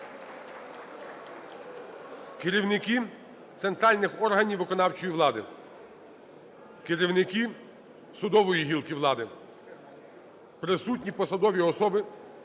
керівники центральних органів виконавчої влади; керівники судової гілки влади; присутні посадові особи,